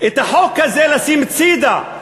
את החוק הזה לשים הצדה.